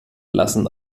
lassen